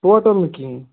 total نہٕ کِہیٖنٛۍ